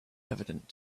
evident